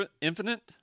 Infinite